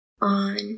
on